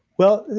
well,